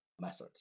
methods